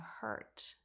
hurt